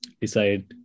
decide